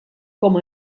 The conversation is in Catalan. com